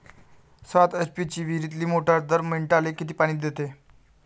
सात एच.पी ची विहिरीतली मोटार दर मिनटाले किती पानी देते?